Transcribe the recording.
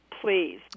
Please